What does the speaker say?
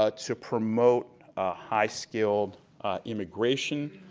ah to promote a high skilled immigration,